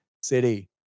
city